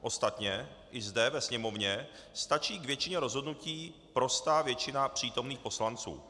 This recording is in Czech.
Ostatně i zde ve Sněmovně stačí k většině rozhodnutí prostá většina přítomných poslanců.